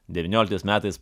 devynioliktais metais